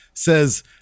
says